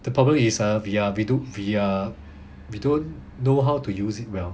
the problem is ah we ah we do we ah we don't know how to use it well